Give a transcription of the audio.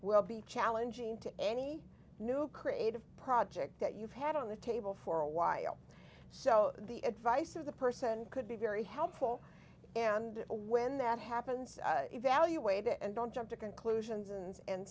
will be challenging to any new creative project that you've had on the table for a while so the advice of the person could be very helpful and when that happens evaluate it and don't jump to conclusions and